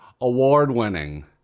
award-winning